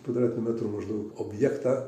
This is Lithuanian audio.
kvadratinių metrų maždaug objektą